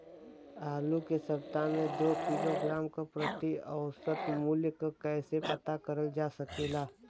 आलू के सप्ताह में दो किलोग्राम क प्रति औसत मूल्य क कैसे पता करल जा सकेला?